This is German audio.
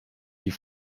die